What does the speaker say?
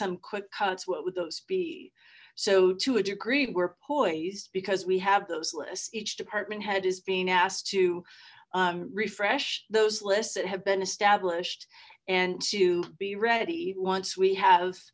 some quick cuts what would those be so to a degree we're poised because we have those lists each department head is being asked to refresh those lists that have been established and to be ready once we have